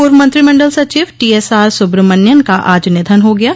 पूर्व मंत्रिमण्डल सचिव टी एस आर सुब्रमन्यन का आज निधन हो गया है